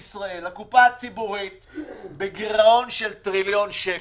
הקופה הציבורית של מדינת ישראל בגירעון של טריליון שקל.